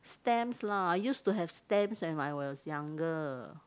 stamps lah I used to have stamps when I was younger